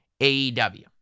AEW